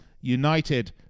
United